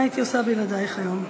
מה הייתי עושה בלעדייך היום?